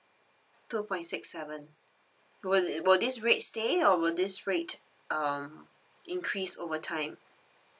two point six seven will it will this rate stay or will this rate um increase over time